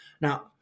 Now –